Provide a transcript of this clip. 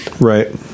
right